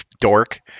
dork